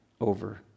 over